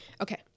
Okay